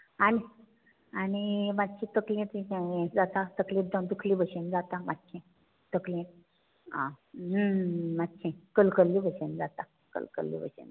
आनी आनी मात्शी तकली हें जाता तकली दाम दुखले भशेन जाता मात्शी तकलेन आ मात्शें कलकल्ले भशेन जाता कलकल्ले भशेन जाता